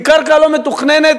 כי קרקע לא מתוכננת,